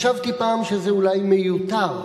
חשבתי פעם שזה אולי מיותר,